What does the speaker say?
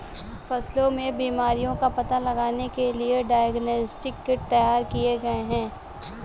फसलों में बीमारियों का पता लगाने के लिए डायग्नोस्टिक किट तैयार किए गए हैं